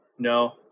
No